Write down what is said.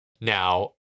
Now